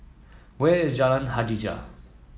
where is Jalan Hajijah